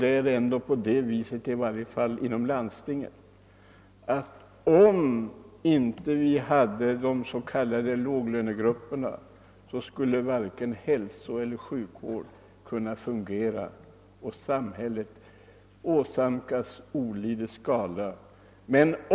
Det är ju ändå på det sättet — i varje fall inom landstingen — att om vi inte hade de s.k. låglönegrupperna, skulle varken hälsoeller sjukvården kunna fungera och samhället alltså åsamkas olidlig skada.